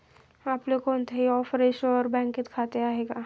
आपले कोणत्याही ऑफशोअर बँकेत खाते आहे का?